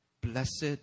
Blessed